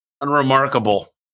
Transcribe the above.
unremarkable